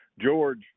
George